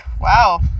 Wow